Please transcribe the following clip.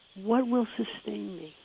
what will sustain me?